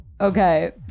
Okay